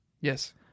Yes